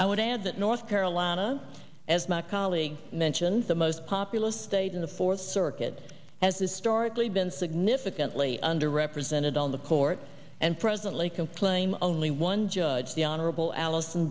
i would add that north carolina as my colleague mentioned the most populous state in the fourth circuit has historically been significantly under represented on the court and presently complained only one judge the honorable allison